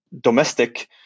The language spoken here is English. domestic